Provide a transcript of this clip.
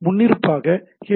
முன்னிருப்பாக ஹெச்